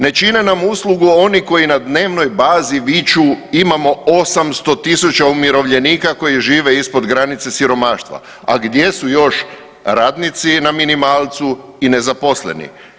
Ne čine nam uslugu oni koji na dnevnoj bazi viču imamo 800.000 umirovljenika koji žive ispod granice siromaštva, a gdje su još radnici na minimalcu i nezaposleni.